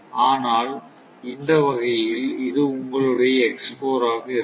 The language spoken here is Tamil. ஆனால் இந்த வகையில் இது உங்களுடைய ஆக இருக்கும்